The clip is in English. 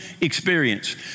experience